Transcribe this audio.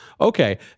Okay